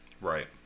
right